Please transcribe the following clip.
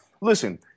listen